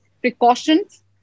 precautions